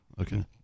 Okay